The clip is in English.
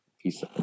Peace